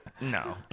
No